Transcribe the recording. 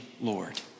Lord